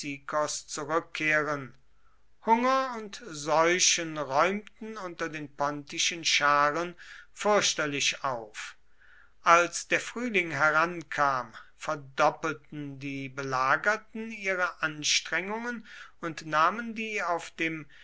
zurückkehren hunger und seuchen räumten unter den pontischen scharen fürchterlich auf als der frühling herankam verdoppelten die belagerten ihre anstrengungen und nahmen die auf dem